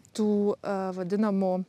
tų vadinamų